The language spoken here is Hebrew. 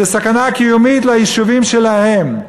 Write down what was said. זה סכנה קיומית ליישובים שלהם.